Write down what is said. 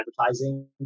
advertising